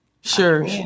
Sure